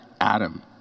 Adam